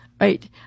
right